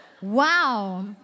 Wow